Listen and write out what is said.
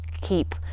keep